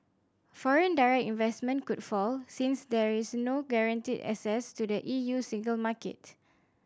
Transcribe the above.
foreign direct investment could fall since there is no guaranteed access to the E U single market